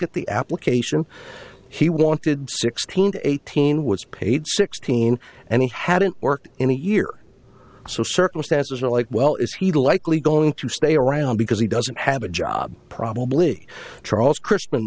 at the application he wanted sixteen to eighteen was paid sixteen and he hadn't worked in a year so circumstances were like well is he likely going to stay around because he doesn't have a job probably charles christma